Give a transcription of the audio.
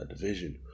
division